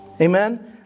Amen